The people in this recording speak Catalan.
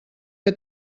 que